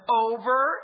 over